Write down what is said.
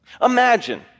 Imagine